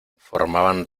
formaban